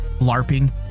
LARPing